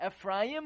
Ephraim